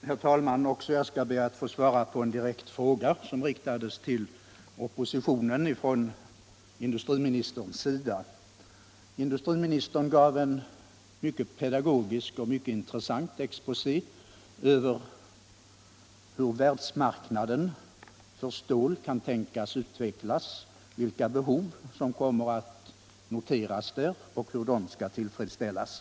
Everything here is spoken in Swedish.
Herr talman! Också jag skall be att få svara på en direkt fråga, som riktades till oppositionen av industriministern. Industriministern gav en mycket pedagogisk och intressant exposé över hur världsmarknaden för stål kan tänkas utvecklas, vilka behov som kommer att noteras och hur de skall tillfredsställas.